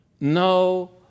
no